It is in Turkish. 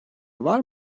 var